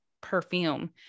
perfume